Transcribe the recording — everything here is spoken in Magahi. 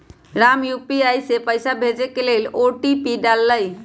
राम यू.पी.आई से पइसा भेजे के लेल ओ.टी.पी डाललई